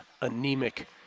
anemic